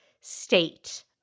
state